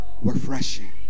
refreshing